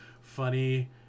funny